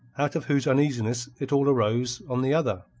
out of whose uneasiness it all arose, on the other.